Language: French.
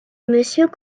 monsieur